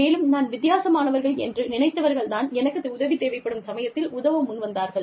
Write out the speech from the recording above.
மேலும் நான் வித்தியாசமானவர்கள் என்று நினைத்தவர்கள் தான் எனக்கு உதவி தேவைப்படும் சமயத்தில் உதவ முன் வந்தார்கள்